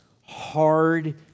hard